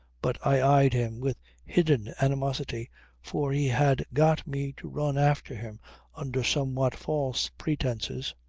but i eyed him with hidden animosity for he had got me to run after him under somewhat false pretences.